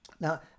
Now